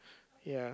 yeah